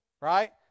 right